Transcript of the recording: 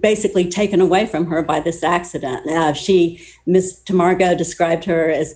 basically taken away from her by this accident she misses to margo described her as